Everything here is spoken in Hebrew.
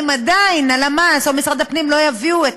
אם עדיין הלמ"ס או משרד הפנים לא יביאו את